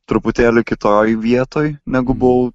truputėlį kitoj vietoj negu buvau